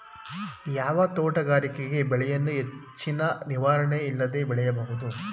ಯಾವ ತೋಟಗಾರಿಕೆ ಬೆಳೆಯನ್ನು ಹೆಚ್ಚಿನ ನಿರ್ವಹಣೆ ಇಲ್ಲದೆ ಬೆಳೆಯಬಹುದು?